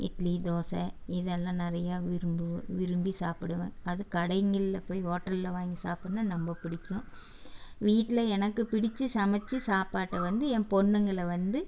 இட்லி தோசை இதெல்லாம் நிறைய விரும்பு விரும்பி சாப்பிடுவேன் அது கடைங்களில் போய் ஹோட்டலில் வாங்கி சாப்புடனா ரொம்ப பிடிக்கும் வீட்டில் எனக்கு பிடித்து சமைத்த சாப்பாட்டை வந்து என் பொண்ணுங்களை வந்து